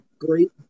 great